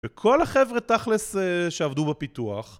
וכל החבר'ה תכל'ס שעבדו בפיתוח